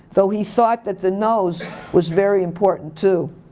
though he thought that the nose was very important too.